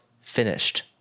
finished